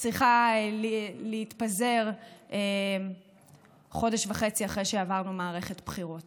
צריכה להתפזר חודש וחצי אחרי שעברנו מערכת בחירות.